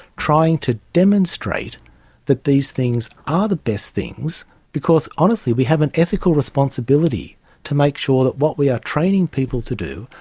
trying to demonstrate that these things are the best things because honestly we have an ethical responsibility to make sure that what we are training people to do,